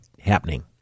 happening